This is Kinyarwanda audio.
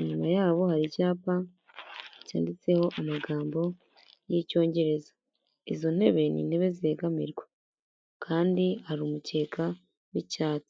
inyuma yabo hari icyapa cyanditseho amagambo y'icyongereza izo ntebe ni intebe zegamirwa, kandi hari umucyeka w'icyatsi.